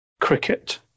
cricket